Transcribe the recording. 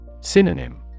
Synonym